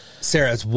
Sarah